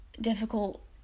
difficult